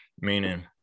Meaning